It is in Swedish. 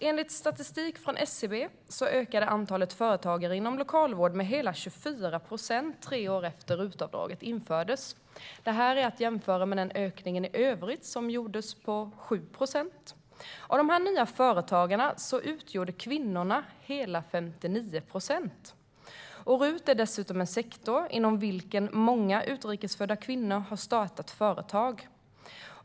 Enligt statistik från SCB ökade antalet företagare inom lokalvård med hela 24 procent på tre år sedan RUT-avdraget infördes. Detta kan jämföras med den totala ökningen under samma tid, som var på 7 procent. Av de nya företagarna utgjorde kvinnorna 59 procent. RUT är dessutom en sektor inom vilken många utrikesfödda kvinnor har startat företag.